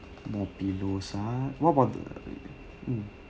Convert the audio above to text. more pillows uh what about the mm